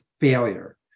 failure